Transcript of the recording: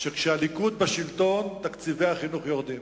שכשהליכוד בשלטון תקציבי החינוך יורדים.